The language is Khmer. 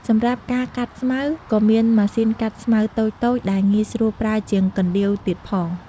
សម្រាប់ការកាត់ស្មៅ ក៏មានម៉ាស៊ីនកាត់ស្មៅតូចៗដែលងាយស្រួលប្រើជាងកណ្ដៀវទៀតផង។